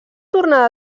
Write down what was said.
tornada